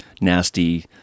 nasty